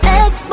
ex